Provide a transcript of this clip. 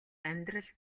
амьдрал